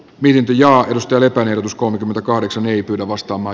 viljo aukusti löppönen s kolmekymmentäkahdeksan ei pyydä vasta oma